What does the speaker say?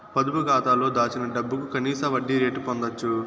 పొదుపు కాతాలో దాచిన డబ్బుకు కనీస వడ్డీ రేటు పొందచ్చు